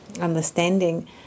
understanding